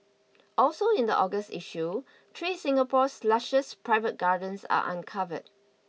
also in the August issue three Singapore's lushest private gardens are uncovered